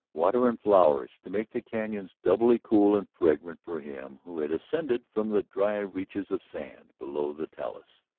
water and flowers to make the canons doubly cool and fragrant for him who had ascended from the dry reaches of sand below the talus.